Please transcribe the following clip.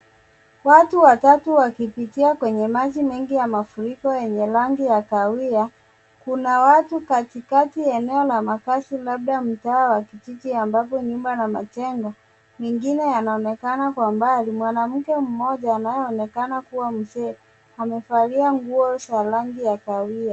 Watu watatu wakipitia kwenye maji mengi ya mafuriko yenye rangi ya kahawia. Kuna watu katikati ya eneo la makazi labda mtaa wa kijiji ambapo nyumba na majengo mengine, yanaonekana kwa mbali. Mwanamke mmoja anayeonekana kuwa mzee amevalia nguo za rangi ya kahawia.